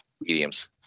mediums